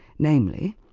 namely,